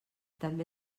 també